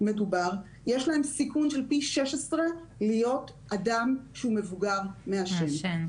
יש להם סיכון של פי 16 להיות מבוגרים מעשנים.